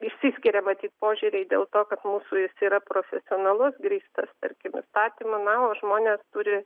išsiskiria matyt požiūriai dėl to kad mūsų jis yra profesionalus grįstas tarkime įstatymu na o žmonės turi